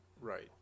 Right